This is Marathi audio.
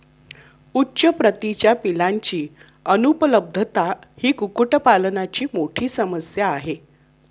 उच्च प्रतीच्या पिलांची अनुपलब्धता ही कुक्कुटपालनाची मोठी समस्या आहे